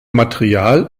material